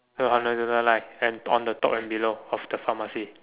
no on a yellow line and on the top and below of the pharmacy